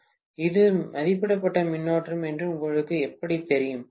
மாணவர் இது மதிப்பிடப்பட்ட மின்னோட்டம் என்று உங்களுக்கு எப்படித் தெரியும்